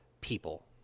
people